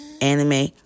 anime